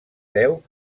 deu